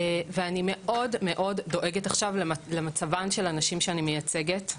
ואני מאוד מאוד דואגת עכשיו למצבן של הנשים שאני מייצגת,